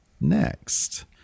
next